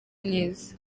myiza